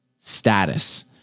status